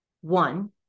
One